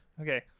Okay